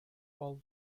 all